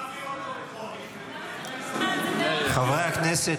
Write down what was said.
אתם יכולים להעביר אותו בטרומית --- למה צריך זמן --- חברי הכנסת,